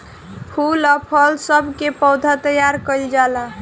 फूल आ फल सब के पौधा तैयार कइल जाला